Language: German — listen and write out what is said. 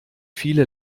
viele